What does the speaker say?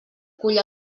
cull